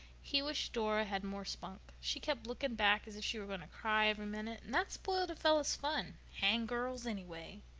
he wished dora had more spunk. she kept looking back as if she were going to cry every minute, and that spoiled a fellow's fun. hang girls, anyway.